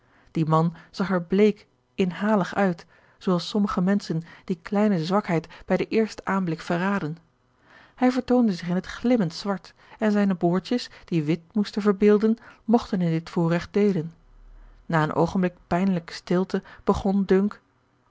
die man zag er bleek inhalig uit zoo als sommige menschen die kleine zwakheid bij den eersten aanblik verraden hij vertoonde zich in het glimmend zwart george een ongeluksvogel en zijne boordjes die wit moesten verbeelden mogten in dit voorregt deelen na een oogenblik pijnlijke stilte begon